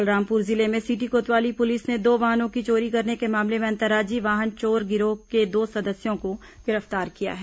बलरामपुर जिले में सिटी कोतवाली पुलिस ने दो वाहनों की चोरी करने के मामले में अंतर्राज्यीय वाहन चोर गिरोह के दो सदस्यों को गिरफ्तार किया है